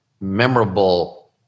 memorable